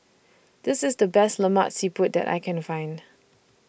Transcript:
This IS The Best Lemak Siput that I Can Find